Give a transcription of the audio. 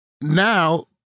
now